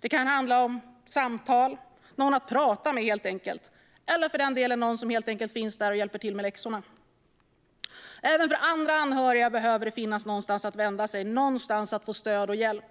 Det kan handla om samtal - någon att prata med helt enkelt - eller att någon helt enkelt finns där och hjälper till med läxorna. Även för andra anhöriga behöver det finnas någonstans att vända sig, någonstans att få stöd och hjälp.